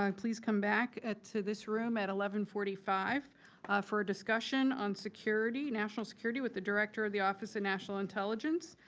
um please come back at to this room at eleven forty five for a discussion on security, national security with the director of the office of national intelligence,